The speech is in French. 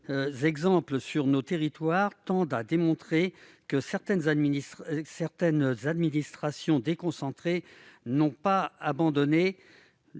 exemples sur nos territoires tendent à montrer que certaines administrations déconcentrées n'ont pas abandonné